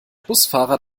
busfahrer